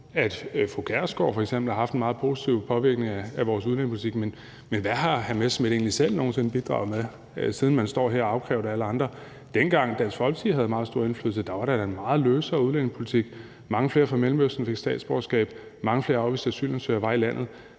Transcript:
fru Pia Kjærsgaard har haft en meget positiv påvirkning på vores udlændingepolitik, men hvad har hr. Morten Messerschmidt egentlig nogen sinde selv bidraget med, siden han står her og afkræver det af alle andre? Dengang Dansk Folkeparti havde meget stor indflydelse, var der da en meget løsere udlændingepolitik; mange flere fra Mellemøsten fik statsborgerskab; mange flere afviste asylansøgere var i landet.